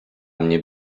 mnie